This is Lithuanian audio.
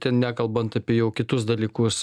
ten nekalbant apie jau kitus dalykus